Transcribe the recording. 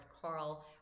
Carl